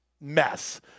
mess